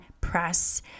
press